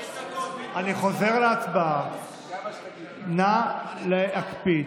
אני חוזר להצבעה, נא להקפיד.